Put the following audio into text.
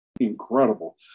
incredible